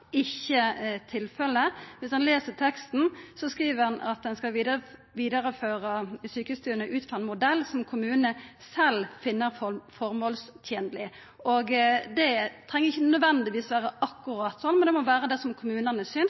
ikkje tilfellet. Viss ein les teksten, skriv ein at ein skal vidareføra sjukestuene ut ifrå ein modell som kommunane sjølve finn føremålstenleg. Det treng ikkje nødvendigvis vera akkurat sånn, men det må vera det som kommunane